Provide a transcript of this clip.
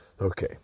Okay